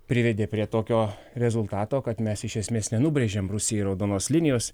privedė prie tokio rezultato kad mes iš esmės nenubrėžėm rusijai raudonos linijos